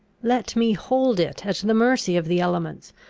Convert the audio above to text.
let me hold it at the mercy of the elements,